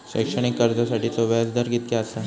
शैक्षणिक कर्जासाठीचो व्याज दर कितक्या आसा?